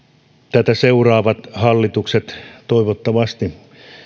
tätä seuraavat hallitukset toivottavasti